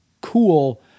cool